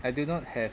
I do not have